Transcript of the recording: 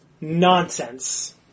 nonsense